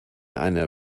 eine